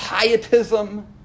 pietism